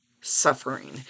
suffering